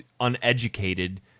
uneducated